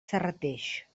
serrateix